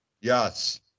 Yes